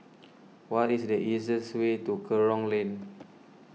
what is the easiest way to Kerong Lane